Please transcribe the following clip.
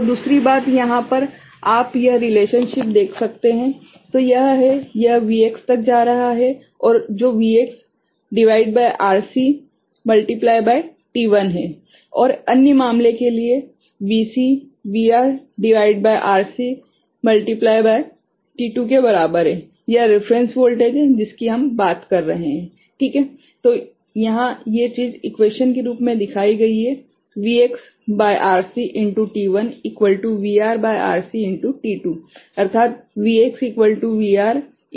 और दूसरी बात यहाँ पर आप यह रिलेशनशिप देख सकते हैं तो यह है यह Vc तक जा रहा है जो Vx भागित RC गुणित t1 है और अन्य मामले के लिए Vc VR भागित RC गुणित t2 के बराबर है यह रेफेरेंस वोल्टेज है जिसकी हम बात कर रहे हैं ठीक है